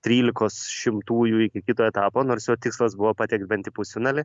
trylikos šimtųjų iki kito etapo nors jo tikslas buvo patekt bent į pusfinalį